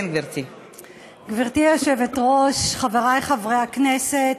גברתי היושבת-ראש, חברי חברי הכנסת,